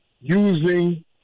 using –